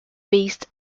based